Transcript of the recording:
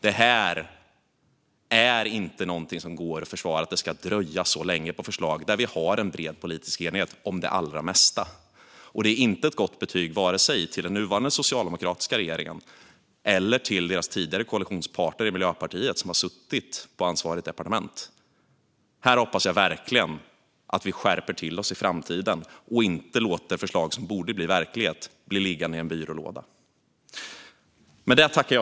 Det går inte att försvara att det ska dröja så länge med förslag där vi har en bred politisk enighet om det allra mesta. Och detta är inte ett gott betyg vare sig till den nuvarande socialdemokratiska regeringen eller till deras tidigare koalitionspartner Miljöpartiet, som har suttit på ansvarigt departement. Här hoppas jag verkligen att vi skärper till oss i framtiden och inte låter förslag som borde bli verklighet bli liggande i en byrålåda.